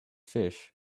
fish